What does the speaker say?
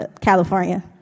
California